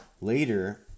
Later